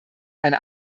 eine